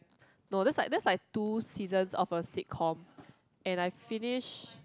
no that's like that's like two seasons of a sitcom and I finished